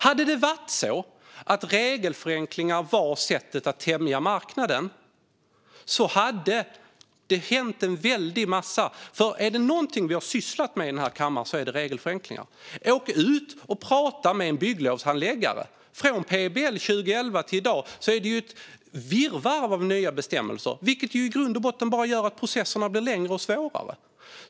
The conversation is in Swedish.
Hade det varit så att regelförenklingar var sättet att tämja marknaden hade det hänt en väldig massa. Är det någonting som vi har sysslat med i den här kammaren är det regelförenklingar. Åk ut och tala med en bygglovshandläggare! Från PBL 2011 till i dag är det ett virrvarr av nya bestämmelser, vilket i grund och botten bara gör att processerna blir längre och svårare.